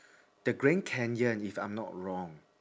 the grand canyon if I'm not wrong